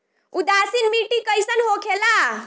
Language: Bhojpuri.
उदासीन मिट्टी कईसन होखेला?